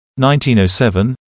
1907